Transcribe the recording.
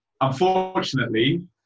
unfortunately